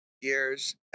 years